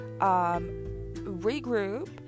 regroup